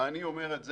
ואני אומר את זה,